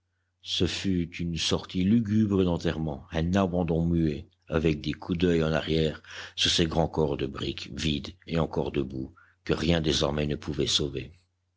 ce fut une sortie lugubre d'enterrement un abandon muet avec des coups d'oeil en arrière sur ces grands corps de briques vides et encore debout que rien désormais ne pouvait sauver